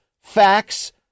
facts